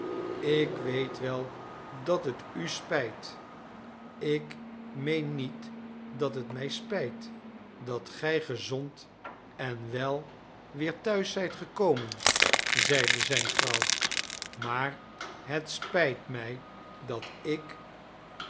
ik weet wel dat het u spijt ik meen niet dat het mij spijt dat gij gezond en wel weer thuis zijt gekomen zeide zijne vrouw maar het spijt mij dat ik